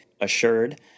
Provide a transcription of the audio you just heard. assured